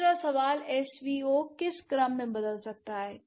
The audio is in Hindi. दूसरा सवाल एसवीओ किस क्रम में बदल सकता है